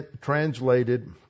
translated